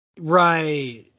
right –